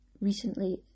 recently